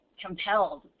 compelled